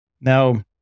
Now